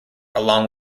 along